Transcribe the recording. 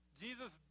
Jesus